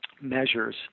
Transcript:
measures